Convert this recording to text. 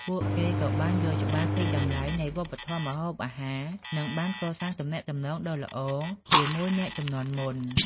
ពួកគេក៏បានយល់ច្បាស់ពីតម្លៃនៃវប្បធម៌ម្ហូបអាហារ និងបានកសាងទំនាក់ទំនងដ៏ល្អជាមួយអ្នកជំនាន់មុន។